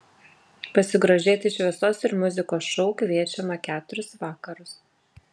pasigrožėti šviesos ir muzikos šou kviečiama keturis vakarus